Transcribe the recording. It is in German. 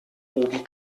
oben